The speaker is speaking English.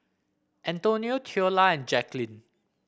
Antonio Theola and Jacquline